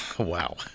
wow